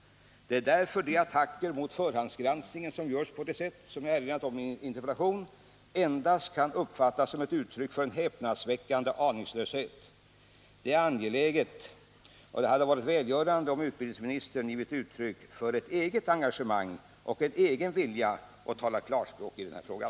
Det är därför de attacker mot förhandsgranskningen som görs på det sätt som jag erinrat om i min interpellation endast kan uppfattas som uttryck för en häpnadsväckande aningslöshet. Det hade varit välgörande om utbildningsministern hade givit uttryck för ett eget engagemang, en egen vilja, och talat klarspråk i den här frågan.